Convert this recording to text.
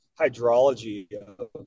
hydrology